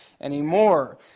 anymore